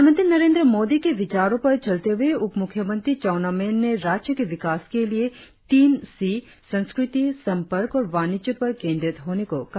प्रधानमंत्री नरेंद्र मोदी के विचारों पर चलते हुए उप मुख्यमंत्री चाउना मेन ने राज्य के विकास के लिए तीन सी संस्कृति संपर्क और वाणिज्य पर केंद्रित होने को कहा